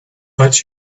but